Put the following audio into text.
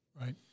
Right